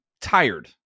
tired